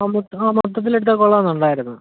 ആ മൊത്തം ആ മൊത്തത്തിൽ എടുത്താൽ കൊള്ളാമെന്ന് ഉണ്ടായിരുന്നു